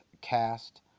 cast